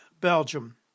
Belgium